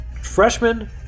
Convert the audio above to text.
freshman